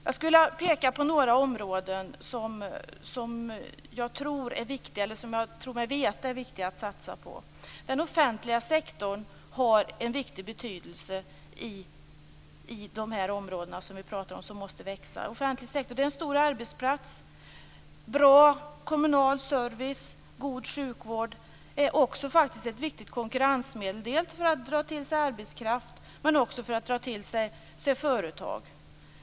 Jag skulle vilja peka på några områden som jag tror mig veta är viktiga att satsa på. Den offentliga sektorn har en stor betydelse inom de områden som vi nu pratar om och som måste växa. Den offentliga sektorn är en stor arbetsplats. Bra kommunal service och god sjukvård är faktiskt också ett viktigt konkurrensmedel, dels för att dra till sig arbetskraft, dels för att attrahera företag.